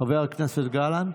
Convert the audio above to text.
חבר הכנסת גלנט.